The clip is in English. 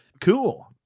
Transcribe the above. cool